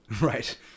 Right